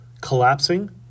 collapsing